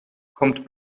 kommt